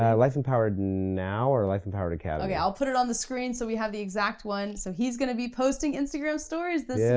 ah lifeempowerednow now or lifeempoweredacademy. okay i'll put it on the screen so we have the exact one. so he's gonna be posting instagram stories this